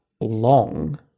long